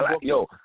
Yo